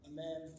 Amen